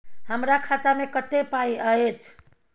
हमरा खाता में कत्ते पाई अएछ?